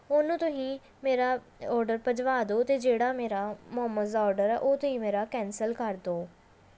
ਉਹਨੂੰ ਤੁਸੀਂ ਮੇਰਾ ਔਡਰ ਭੇਜ ਵਾ ਦਿਓ ਅਤੇ ਜਿਹੜਾ ਮੇਰਾ ਮੋਮੋਜ਼ ਦਾ ਔਡਰ ਆ ਉਹ ਤੁਸੀਂ ਮੇਰਾ ਕੈਂਸਲ ਕਰ ਦਿਓ